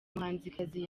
umuhanzikazi